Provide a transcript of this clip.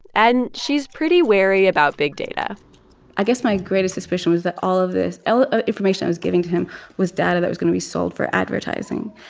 and she's pretty wary about big data i guess my greatest suspicion was that all of this ah information i was giving to him was data that was going to be sold for advertising.